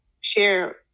share